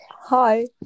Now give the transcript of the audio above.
Hi